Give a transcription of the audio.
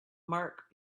mark